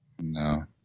No